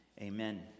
amen